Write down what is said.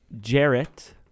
Jarrett